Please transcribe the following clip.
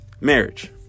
marriage